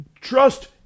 Trust